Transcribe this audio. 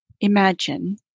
imagine